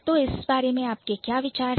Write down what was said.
तो इस बारे में आपके क्या विचार हैं